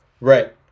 Right